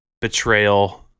betrayal